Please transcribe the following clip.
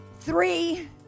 three